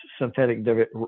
synthetic